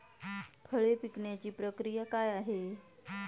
फळे पिकण्याची प्रक्रिया काय आहे?